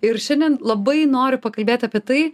ir šiandien labai noriu pakalbėti apie tai